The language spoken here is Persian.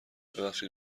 ببخشید